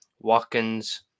Watkins